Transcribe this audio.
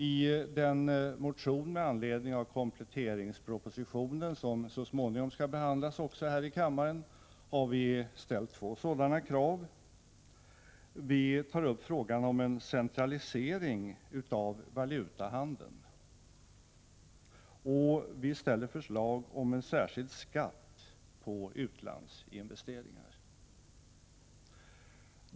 I den motion med anledning av kompletteringspropositionen som så småningom skall behandlas också här i kammaren har vi ställt två sådana krav. Vi tar upp frågan om en centralisering av valutahandeln, och vi lägger förslag om en särskild skatt på utlandsinvesteringar.